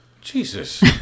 Jesus